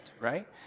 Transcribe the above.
right